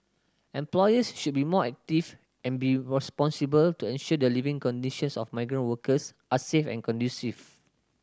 employers should be more active and be responsible to ensure the living conditions of migrant workers are safe and conducive